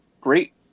great